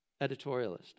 editorialist